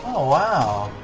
ah wow.